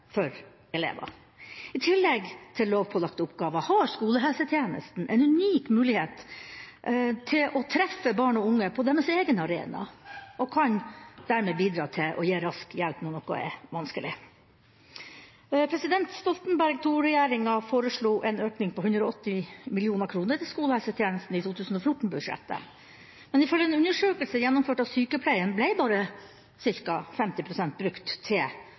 for elever. I tillegg til lovpålagte oppgaver har skolehelsetjenesten en unik mulighet til å treffe barn og unge på deres egen arena og kan dermed bidra til å gi rask hjelp når noe er vanskelig. Stoltenberg II-regjeringa foreslo en økning på 180 mill. kr til skolehelsetjenesten i 2014-budsjettet, men ifølge en undersøkelse gjennomført av tidsskriftet Sykepleien ble bare ca. 50 pst. brukt til